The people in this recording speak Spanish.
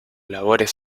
labores